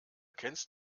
kennst